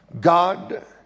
God